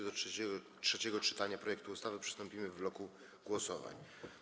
Do trzeciego czytania projektu ustawy przystąpimy w bloku głosowań.